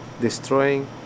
destroying